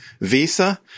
visa